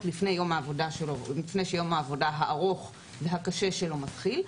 לפני שיום העבודה הארוך והקשה שלו מתחיל,